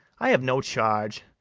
i have no charge,